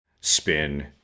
spin